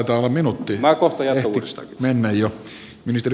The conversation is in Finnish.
jaaha minuutti ehti mennä jo